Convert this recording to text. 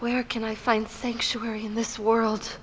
where can i find sanctuary in this world